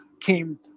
came